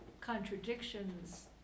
contradictions